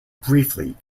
briefly